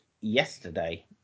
yesterday